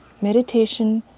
meditation,